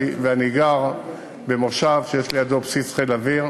ואני גר במושב שיש לידו בסיס חיל האוויר.